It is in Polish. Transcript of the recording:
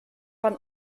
pan